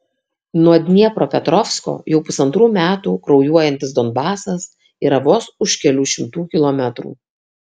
nuo dniepropetrovsko jau pusantrų metų kraujuojantis donbasas yra vos už kelių šimtų kilometrų